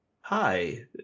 Hi